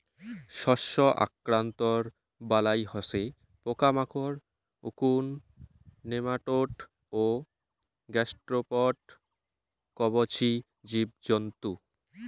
শস্য আক্রান্তর বালাই হসে পোকামাকড়, উকুন, নেমাটোড ও গ্যাসস্ট্রোপড কবচী জীবজন্তু